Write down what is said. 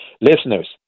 Listeners